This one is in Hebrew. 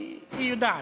היא יודעת.